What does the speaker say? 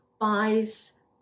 buys